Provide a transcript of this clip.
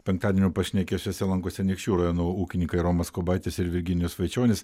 penktadienio pašnekesiuose lankosi anykščių rajono ūkininkai romas kubaitis ir virginijus vaičionis